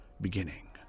beginning